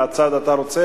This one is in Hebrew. מהצד אתה רוצה,